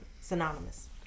synonymous